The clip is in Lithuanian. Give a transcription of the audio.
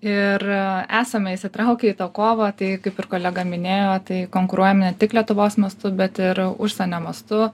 ir esame įsitraukę į tą kovą tai kaip ir kolega minėjo tai konkuruojame ne tik lietuvos mastu bet ir užsienio mastu